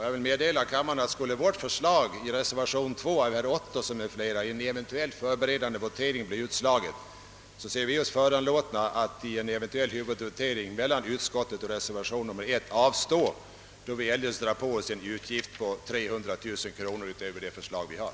Jag vill meddela kammaren, att om vårt förslag i reservation F 2 av herr Ottosson m.fl. i en eventuell förberedande votering blir utslaget, så ser vi oss föranlåtna att i en eventuell ny votering mellan utskottets hemställan och reservation F 1 avstå från att rösta, då vi eljest kunde dra på oss en utgift på 300 000 kronor utöver det förslag vi har.